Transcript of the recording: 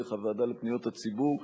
דרך הוועדה לפניות הציבור,